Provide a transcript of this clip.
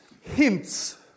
hints